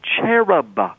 cherub